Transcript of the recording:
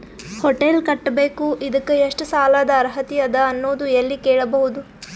Hotel ಕಟ್ಟಬೇಕು ಇದಕ್ಕ ಎಷ್ಟ ಸಾಲಾದ ಅರ್ಹತಿ ಅದ ಅನ್ನೋದು ಎಲ್ಲಿ ಕೇಳಬಹುದು?